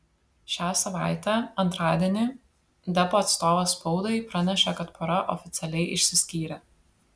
šią savaitę antradienį deppo atstovas spaudai pranešė kad pora oficialiai išsiskyrė